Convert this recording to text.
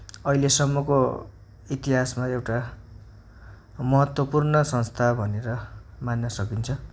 अहिलेसम्मको इतिहासमा एउटा महत्त्वपूर्ण संस्था भनेर मान्न सकिन्छ